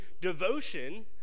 devotion